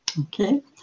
Okay